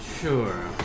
Sure